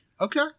Okay